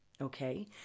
Okay